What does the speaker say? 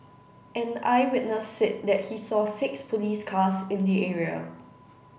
an eyewitness said that he saw six police cars in the area